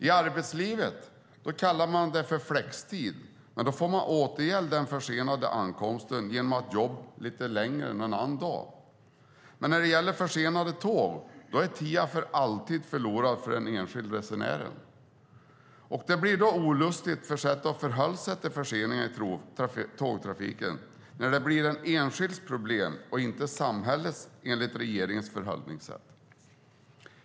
I arbetslivet kallar man det för flextid, men då får man återgälda den försenade ankomsten genom att jobba lite längre en annan dag. Men när det gäller försenade tåg är tiden för alltid förlorad för den enskilde resenären. Det blir ett olustigt sätt att förhålla sig till förseningar i tågtrafiken när det blir en enskilds problem och inte samhällets. Detta är regeringens förhållningssätt.